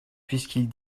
puisqu’ils